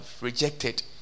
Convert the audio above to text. rejected